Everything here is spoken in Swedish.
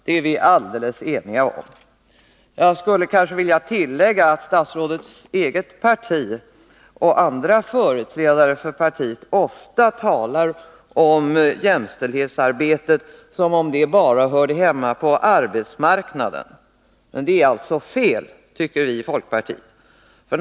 Det är vi alldeles eniga om. Jag skulle vilja tillägga att andra företrädare för statsrådets eget parti ofta talar om jämställdhetsarbetet som om det bara hörde hemma på arbetsmarknaden. Men detta är enligt folkpartiets uppfattning fel.